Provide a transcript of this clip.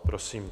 Prosím.